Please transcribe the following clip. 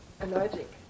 allergic